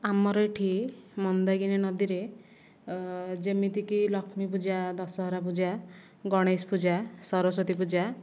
ଆମର ଏଇଠି ମନ୍ଦାକିନୀ ନଦୀରେ ଯେମିତିକି ଲକ୍ଷ୍ମୀପୂଜା ଦଶହରା ପୂଜା ଗଣେଶ ପୂଜା ସରସ୍ୱତୀ ପୂଜା